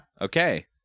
Okay